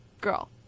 girl